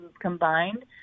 combined